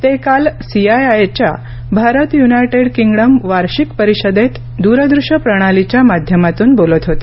ते काल सीआयआय च्या भारत युनायटेड किंगडम वार्षिक परिषदेत दूरदृश्य प्रणालीच्या माध्यमातून बोलत होते